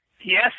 Yes